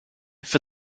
for